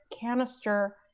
canister